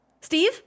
Steve